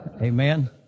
amen